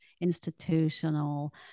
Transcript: institutional